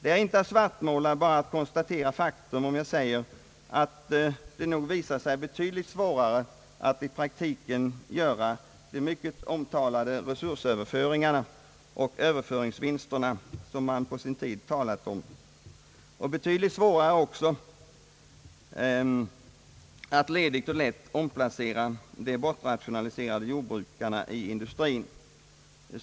Det är inte att svartmåla, bara att konstatera faktum om jag säger att det nog visat sig betyd ligt svårare att i praktiken göra de mycket omtalade resursöverföringar och framför allt överföringsvinster, som man på sin tid var så högljudd om, eller att ledigt och lätt omplacera de bortrationaliserade jordbrukarna i industrin.